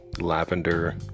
Lavender